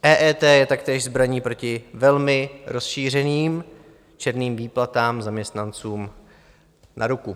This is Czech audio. EET je taktéž zbraní proti velmi rozšířeným černým výplatám zaměstnancům na ruku.